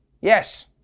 yes